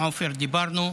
עופר, דיברנו,